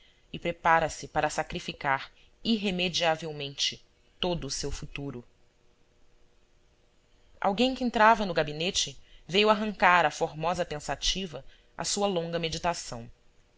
e prepara-se para sacrificar irremediavelmente todo o seu futuro alguém que entrava no gabinete veio arrancar a formosa pensativa à sua longa meditação